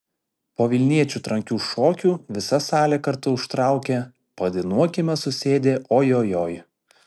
po vilniečių trankių šokių visa salė kartu užtraukė padainuokime susėdę o jo joj